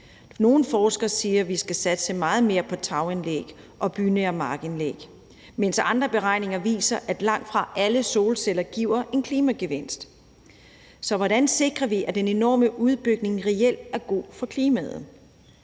Nogle forskere siger, at vi skal satse meget mere på taganlæg og bynære markanlæg, mens andre beregninger viser, at langtfra alle solceller giver en klimagevinst. Så hvordan sikrer vi, at den enorme udbygning reelt er god for klimaet?